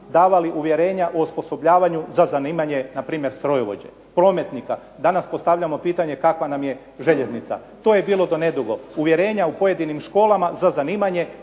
davali uvjerenja o osposobljavanju za zanimanje npr. strojovođe, prometnika. Danas postavljamo pitanje kakva nam je željeznica? To je bilo do nedugo. Uvjerenja u pojedinim školama za zanimanje